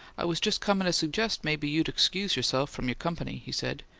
i was just comin' to suggest maybe you'd excuse yourself from your company, he said.